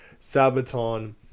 Sabaton